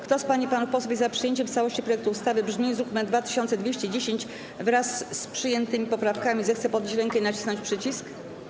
Kto z pań i panów posłów jest za przyjęciem w całości projektu ustawy w brzmieniu z druku nr 2210, wraz z przyjętymi poprawkami, zechce podnieść rękę i nacisnąć przycisk.